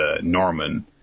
Norman